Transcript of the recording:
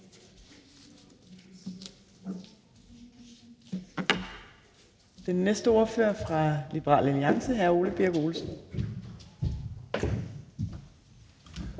Den næste ordfører er fra Liberal Alliance, og det er hr. Ole Birk Olesen.